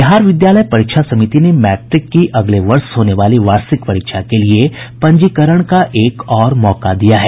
बिहार विद्यालय परीक्षा समिति ने मैट्रिक की अगले वर्ष होने वाली वार्षिक परीक्षा के लिये पंजीकरण का एक और मौका दिया है